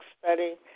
Study